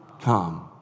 come